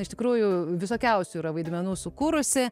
iš tikrųjų visokiausių yra vaidmenų sukūrusi